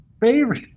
favorite